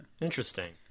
Interesting